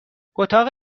اتاق